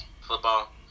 football